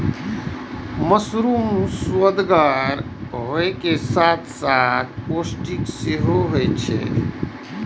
mushroom सुअदगर होइ के साथ साथ पौष्टिक सेहो होइ छै